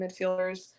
midfielders